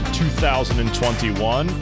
2021